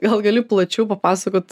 gal gali plačiau papasakot